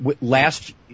last